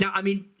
yeah i mean,